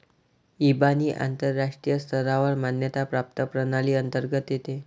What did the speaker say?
इबानी आंतरराष्ट्रीय स्तरावर मान्यता प्राप्त प्रणाली अंतर्गत येते